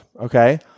Okay